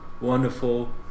wonderful